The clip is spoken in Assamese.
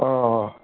অঁ অঁ